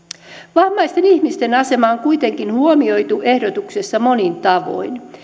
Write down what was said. vammaisten ihmisten asema on kuitenkin huomioitu ehdotuksessa monin tavoin